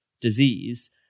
disease